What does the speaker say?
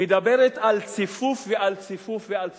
מדברת על ציפוף ועל ציפוף ועל ציפוף.